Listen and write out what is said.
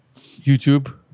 youtube